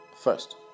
first